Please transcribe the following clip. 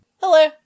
Hello